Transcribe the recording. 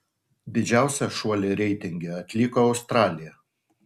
didžiausią šuolį reitinge atliko australija